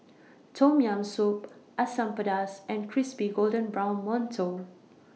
Tom Yam Soup Asam Pedas and Crispy Golden Brown mantou